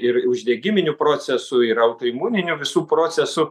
ir uždegiminiu procesu ir autoimuninių visų procesų